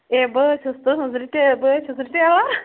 A بہٕ حظ تِہنٛز رِٹیل بہٕ حظ چھَس رِٹیلر